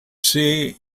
say